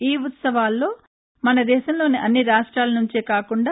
ఈ ఉ త్సవాల్లో మన దేశంలోని అన్ని రాష్ట్రాల నుంచే కాకుండా